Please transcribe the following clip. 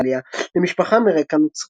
איטליה, למשפחה מרקע נוצרי.